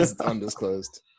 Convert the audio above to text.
undisclosed